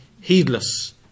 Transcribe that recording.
heedless